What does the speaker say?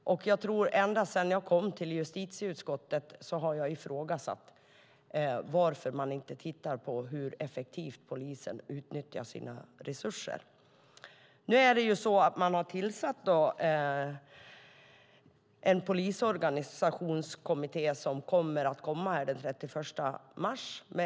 Ända sedan jag kom till justitieutskottet har jag undrat varför man inte tittar på om polisen utnyttjar sina resurser effektivt. Det finns en polisorganisationskommitté som kommer med en utredning den 31 mars.